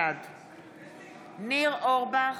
בעד ניר אורבך,